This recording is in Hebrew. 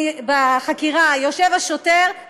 בחקירה יושב שוטר,